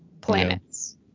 planets